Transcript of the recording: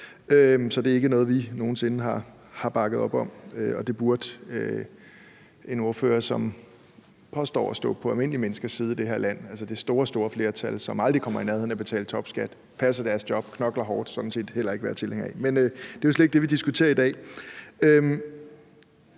Så det er ikke noget, vi nogen sinde har bakket op om, og det burde en ordfører, som påstår at stå på almindelige menneskers side i det her land, altså det store, store flertal, som aldrig kommer i nærheden af at betale topskat, som passer deres job og knokler hårdt, sådan set heller ikke være tilhænger af. Men det er jo slet ikke det, vi diskuterer i dag.